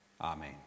Amen